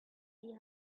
see